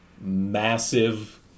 massive